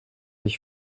ich